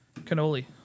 Cannoli